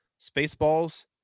Spaceballs